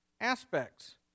aspects